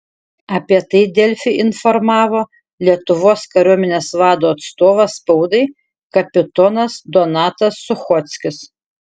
apie tai delfi informavo lietuvos kariuomenės vado atstovas spaudai kapitonas donatas suchockis